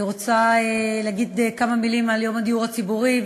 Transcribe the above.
אני רוצה לומר כמה מילים על יום הדיור הציבורי,